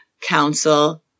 council